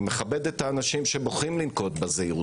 אני מכבד את האנשים שבוחרים לנקוט בה.